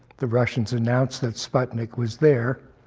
the russians announced that sputnik was there